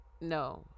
no